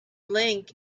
link